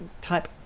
type